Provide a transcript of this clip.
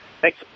Thanks